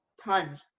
times